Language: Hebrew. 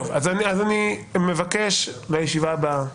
טוב, אז לישיבה הבאה,